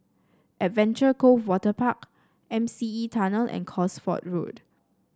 Adventure Cove Waterpark M C E Tunnel and Cosford Road